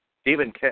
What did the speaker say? Stephen